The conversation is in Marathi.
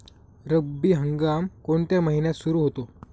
रब्बी हंगाम कोणत्या महिन्यात सुरु होतो?